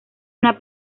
una